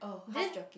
then